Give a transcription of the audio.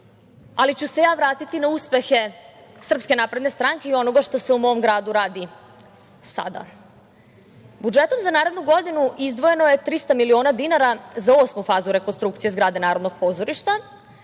ali ću se ja vratiti na uspehe SNS i onoga što se u mom gradu radi sada. Budžetom za narednu godinu izdvojeno je 300 miliona dinara za osmu fazu rekonstrukcije zgrade Narodnog pozorišta